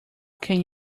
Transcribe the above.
can